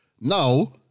Now